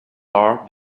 are